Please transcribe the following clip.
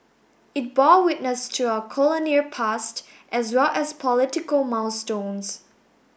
it bore witness to our colonial past as well as political milestones